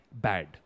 bad